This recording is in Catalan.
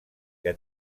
que